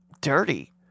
dirty